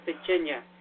Virginia